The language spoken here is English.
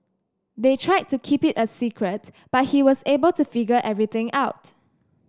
they tried to keep it a secret but he was able to figure everything out